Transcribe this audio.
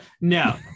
No